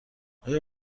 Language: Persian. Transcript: آیا